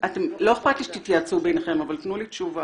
לא אכפת לי שתתייעצו ביניכם, אבל תנו לי תשובה.